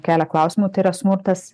kelia klausimų tai yra smurtas